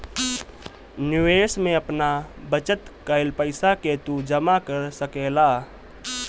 निवेश में आपन बचत कईल पईसा के तू जमा कर सकेला